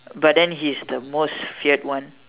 but then he's the most feared one